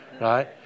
right